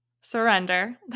surrender